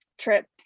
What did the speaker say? trips